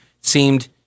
seemed